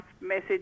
message